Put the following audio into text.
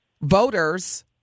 Voters